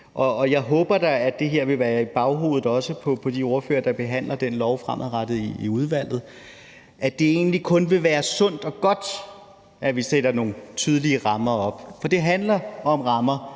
og jeg håber da, at det her også vil være i baghovedet på de ordførere, der behandler den lov fremadrettet i udvalget, i erkendelse af at det egentlig kun vil være sundt og godt, at vi sætter nogle tydelige rammer op. For det handler om rammer.